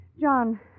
John